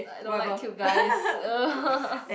like I don't like cute guys